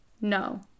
no